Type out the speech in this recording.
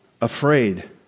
afraid